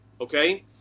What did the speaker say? Okay